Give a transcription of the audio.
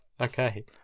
Okay